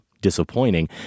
disappointing